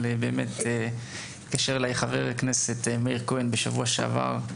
אבל התקשר אליי חבר הכנסת מאיר כהן בשבוע שעבר,